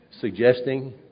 suggesting